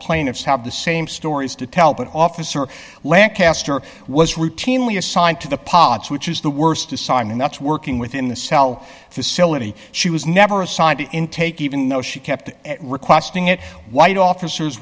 plaintiffs have the same stories to tell but officer lancaster was routinely assigned to the polyps which is the worst disarm and that's working within the cell facility she was never assigned to intake even though she kept requesting it white officers